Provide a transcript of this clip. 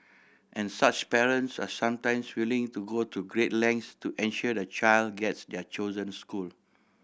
and such parents are sometimes willing to go to great lengths to ensure their child gets their chosen school